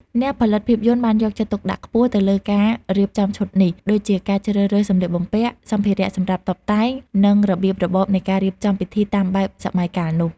អ្នកផលិតភាពយន្តបានយកចិត្តទុកដាក់ខ្ពស់ទៅលើការរៀបចំឈុតនេះ ដូចជាការជ្រើសរើសសម្លៀកបំពាក់ សម្ភារៈសម្រាប់តុបតែង និងរបៀបរបបនៃការរៀបចំពិធីតាមបែបសម័យកាលនោះ។